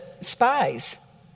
spies